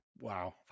Wow